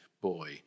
boy